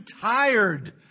tired